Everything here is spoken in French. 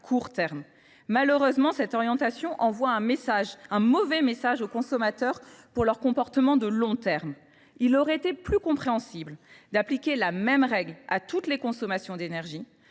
court terme ; malheureusement, cette orientation envoie un mauvais message aux consommateurs pour ce qui est de leurs comportements de long terme. Il aurait été plus compréhensible d’appliquer la même règle à toutes les consommations d’énergie.